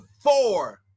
four